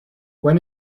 when